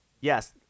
yes